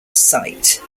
site